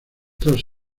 tras